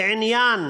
לעניין